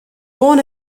born